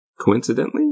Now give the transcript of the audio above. Coincidentally